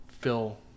fill